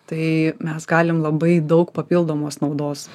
tai mes galim labai daug papildomos naudos